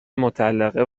مطلقه